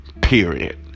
Period